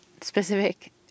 specific